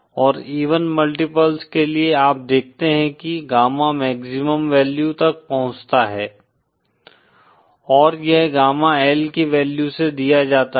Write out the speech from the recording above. और even multiples के लिए आप देखते हैं कि गामा मैक्सिमम वैल्यू तक पहुंचता है और यह गामा L की वैल्यू से दिया जाता है